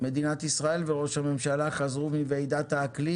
מדינת ישראל וראש הממשלה חזרו מוועידת האקלים